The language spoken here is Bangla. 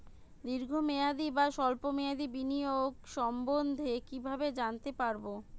দীর্ঘ মেয়াদি বা স্বল্প মেয়াদি বিনিয়োগ সম্বন্ধে কীভাবে জানতে পারবো?